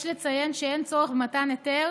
יש לציין שאין צורך במתן היתר